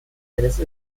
eines